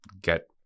get